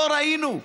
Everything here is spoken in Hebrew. לא ראינו.